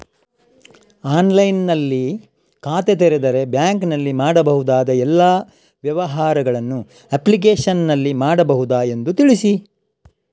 ಆನ್ಲೈನ್ನಲ್ಲಿ ಖಾತೆ ತೆರೆದರೆ ಬ್ಯಾಂಕಿನಲ್ಲಿ ಮಾಡಬಹುದಾ ಎಲ್ಲ ವ್ಯವಹಾರಗಳನ್ನು ಅಪ್ಲಿಕೇಶನ್ನಲ್ಲಿ ಮಾಡಬಹುದಾ ಎಂದು ತಿಳಿಸಿ?